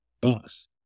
bus